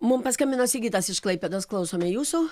mum paskambino sigitas iš klaipėdos klausome jūsų